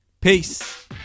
Peace